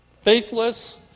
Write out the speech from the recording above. Faithless